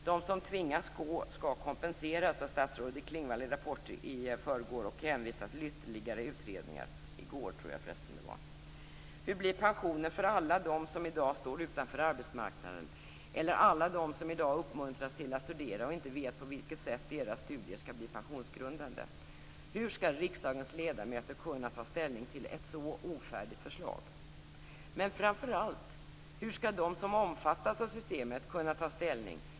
De som tvingas gå skall kompenseras, sade statsrådet Klingvall i Rapport i går och hänvisade till ytterligare utredningar. Hur blir pensionen för alla dem som i dag står utanför arbetsmarknaden eller alla dem som i dag uppmuntras till att studera och inte vet på vilket sätt deras studier skall bli pensionsgrundande? Hur skall riksdagens ledamöter kunna ta ställning till ett så ofärdigt förslag? Men framför allt: Hur skall de som omfattas av systemet kunna ta ställning?